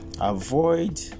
Avoid